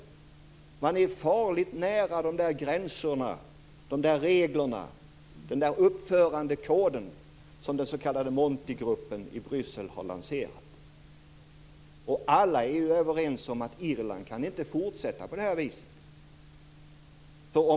Landet är farligt nära de gränserna för de regler och den uppförandekod som den s.k. Montigruppen i Bryssel har lanserat. Alla är överens om att Irland inte kan fortsätta på det här viset.